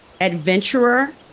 adventurer